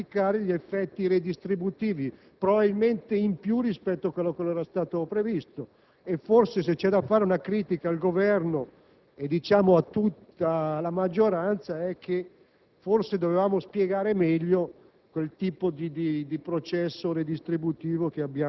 la politica fiscale avviata lo scorso anno sembra esplicare gli effetti redistributivi in misura maggiore rispetto a quanto era stato previsto. E, se c'è da fare una critica al Governo e, diciamo, a tutta la maggioranza, è che